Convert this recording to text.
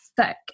thick